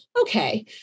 okay